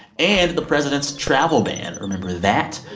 and the president's travel ban remember that?